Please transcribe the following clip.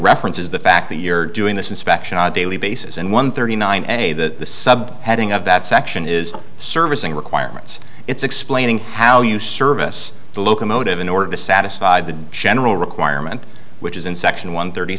reference is the fact that you're doing this inspection on a daily basis and one thirty nine and a that the subheading of that section is servicing requirements it's explaining how you service the locomotive in order to satisfy the general requirement which is in section one thirty